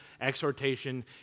exhortation